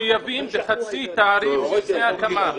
מחויבים בחצי תעריף לפני הקמה,